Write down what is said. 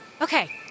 Okay